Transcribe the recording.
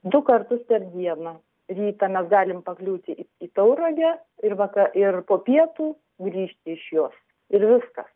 du kartus per dieną rytą mes galim pakliūti į tauragę ir vaka ir po pietų grįžti iš jos ir viskas